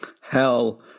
Hell